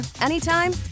anytime